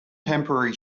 temporary